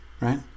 right